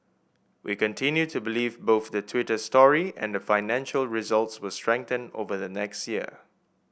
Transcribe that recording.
we continue to believe both the Twitter story and financial results will strengthen over the next year